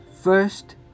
first